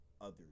others